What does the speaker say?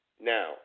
Now